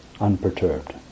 unperturbed